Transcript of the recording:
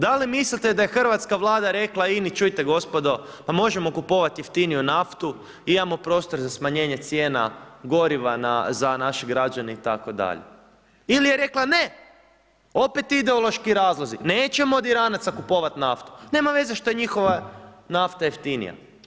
Da li mislite da je hrvatska Vlada rekla INA-i čujte gospodo, možemo kupovati jeftiniju naftu, imamo prostor za smanjenje cijena goriva za naše građane itd. ili je rekla ne, opet ideološki razlozi, nećemo od Iranaca kupovati naftu, nema veze što je njihova nafta jeftinija.